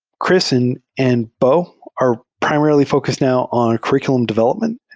kris and and beau are primarily focused now on curr iculum development.